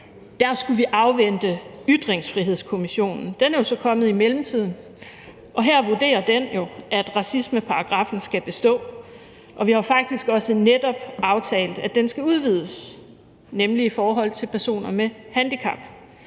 der skulle vi afvente Ytringsfrihedskommissionen. Den er jo så kommet i mellemtiden, og her vurderer den, at racismeparagraffen skal bestå. Vi har jo faktisk også netop aftalt, at den skal udvides, nemlig i forhold til personer med handicap.